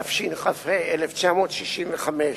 התשכ"ה 1965,